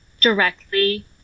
directly